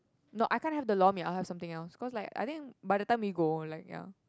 no I can't have the lor mee I'll have something else cause like I think by the time we go like ya